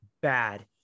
bad